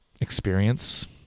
experience